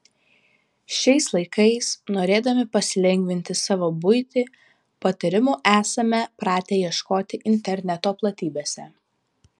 šiais laikais norėdami pasilengvinti savo buitį patarimų esame pratę ieškoti interneto platybėse